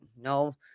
no